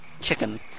chicken